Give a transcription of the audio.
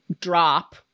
drop